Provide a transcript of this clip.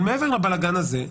אבל מעבר לבלגן הזה,